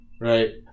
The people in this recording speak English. right